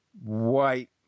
white